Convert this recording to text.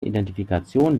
identifikation